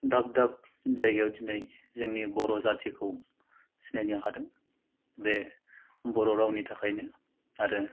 दाब दाब जायगायाव दिनै जोंनि बर' जाथिखौ सिनायनो हादों बे बर' रावनि थाखायनो आरो